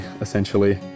essentially